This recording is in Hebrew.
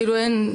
כאילו אין,